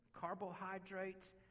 carbohydrates